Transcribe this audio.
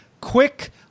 quick